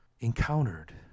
encountered